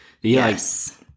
Yes